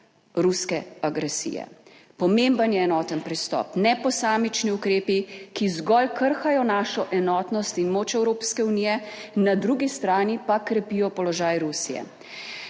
ruske agresije. Pomemben je enoten pristop, ne posamični ukrepi, ki zgolj krhajo našo enotnost in moč Evropske unije, na drugi strani pa krepijo položaj Rusije.